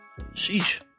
Sheesh